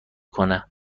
کنه